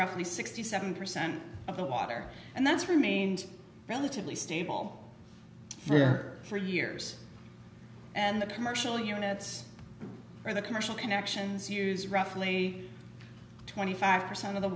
roughly sixty seven percent of the water and that's remained relatively stable for years and the commercial units or the commercial connections use roughly twenty five percent of the